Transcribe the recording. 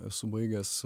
esu baigęs